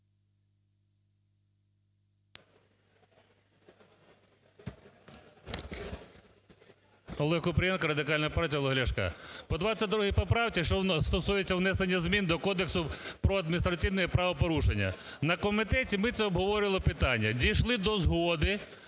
Олег Купрієнко, Радикальна партія Олега Ляшка. По 22 поправці, що стосується внесення змін до Кодексу про адміністративні правопорушення, на комітеті ми це обговорювали питання, дійшли до згоди